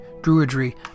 druidry